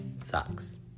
sucks